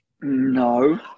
No